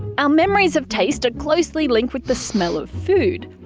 our memories of taste are closely linked with the smell of food.